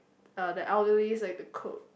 the elderly like to cook